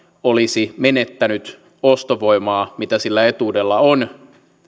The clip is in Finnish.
olisi menettänyt sitä ostovoimaa mitä sillä etuudella on